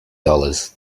dollars